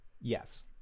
Yes